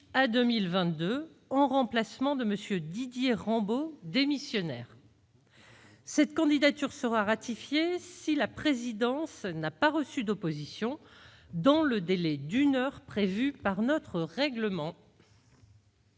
à 2022, en remplacement de M. Didier Rambaud, démissionnaire. Cette candidature sera ratifiée si la présidence n'a pas reçu d'opposition dans le délai d'une heure prévu par notre règlement.